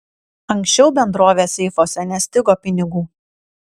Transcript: anksčiau bendrovės seifuose nestigo pinigų